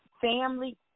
Family